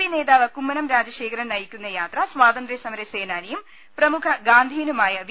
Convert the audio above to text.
P നേതാവ് Kummanam Rajasekharan നയിക്കുന്ന യാത്ര സ്വാതന്ത്ര്യസമര സേനാനിയും പ്രമുഖ ഗാന്ധിയനുമായ വി